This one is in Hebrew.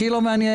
כי"ל לא מעניין,